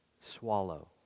swallow